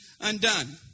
undone